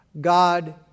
God